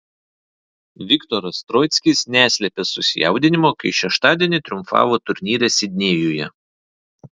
viktoras troickis neslėpė susijaudinimo kai šeštadienį triumfavo turnyre sidnėjuje